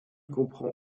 comprend